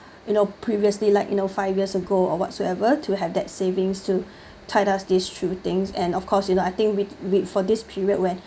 you know previously like you know five years ago or whatsoever to have that savings to tide us these through things and of course you know I think we'd we for this period where